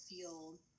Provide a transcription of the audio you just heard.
feel